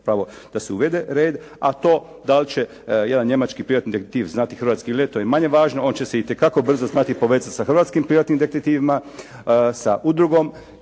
da se uvede red. A to da li će jedan njemački privatni detektiv znati hrvatski ili ne to je manje važno. On će se itekako brzo znati povezati sa hrvatskim privatnim detektivima, sa udrugom